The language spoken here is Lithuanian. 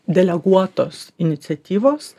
deleguotos iniciatyvos